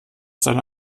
seine